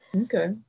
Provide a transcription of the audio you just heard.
Okay